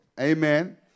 amen